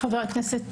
חבר הכנסת